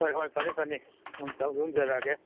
ꯍꯣꯏ ꯍꯣꯏ ꯐꯅꯤ ꯐꯅꯤ ꯊꯧꯖꯤꯟꯖꯔꯛꯑꯒꯦ